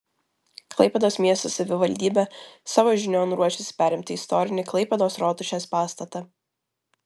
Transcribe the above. klaipėdos miesto savivaldybė savo žinion ruošiasi perimti istorinį klaipėdos rotušės pastatą